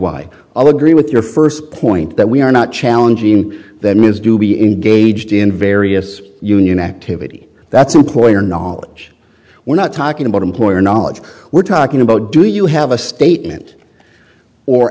why i'll agree with your first point that we are not challenging that ms do be engaged in various union activity that's employer knowledge we're not talking about employer knowledge we're talking about do you have a statement or